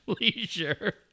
Leisure